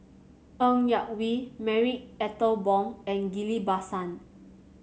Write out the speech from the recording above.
Ng Yak Whee Marie Ethel Bong and Ghillie Basan